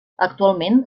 actualment